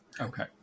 Okay